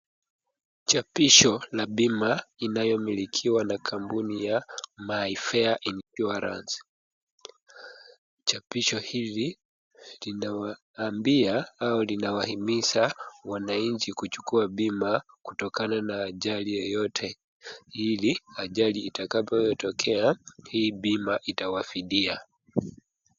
Chapisho la bima inayomilikiwa na kampuni ya mayfair insurance . Chapisho hili linawaambia au linawahimiza wananchi kuchukua bima kutokana na ajali yeyote. Ili ajali itakayotokea hii bima itawafidia.